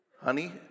Honey